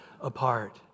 apart